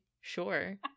sure